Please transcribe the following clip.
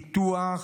פיתוח